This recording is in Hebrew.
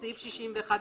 אושר.